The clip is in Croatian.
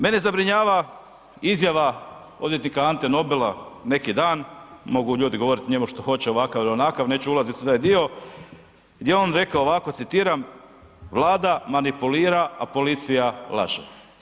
Mene zabrinjava izjava odvjetnika Ante Nobila neki dan, mogu ljudi govoriti o njemu što hoće, ovakav ili onakav, neću ulaziti u taj dio, gdje je on rekao ovako, citiram, Vlada manipulira, a policija laže.